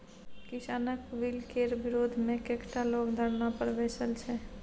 किसानक बिलकेर विरोधमे कैकटा लोग धरना पर बैसल छै